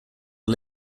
are